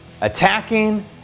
attacking